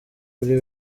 kuri